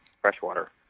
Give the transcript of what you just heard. freshwater